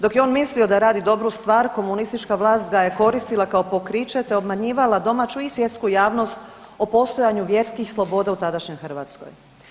Dok je on mislio d radi dobru stvar, komunistička vlast ga je koristila kao pokriće te obmanjivala domaću i svjetsku javnost o postojanju vjerskih sloboda u tadašnjoj Hrvatskoj.